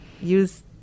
use